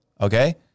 okay